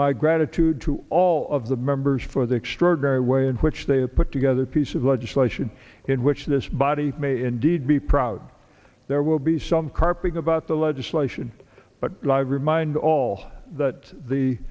my gratitude to all of the members for the extraordinary way in which they have put together piece of legislation in which this body may indeed be proud there will be some carping about the legislation but live remind all that the